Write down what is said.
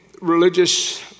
religious